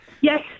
Yes